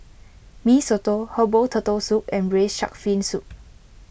Mee Soto Herbal Turtle Soup and Braised Shark Fin Soup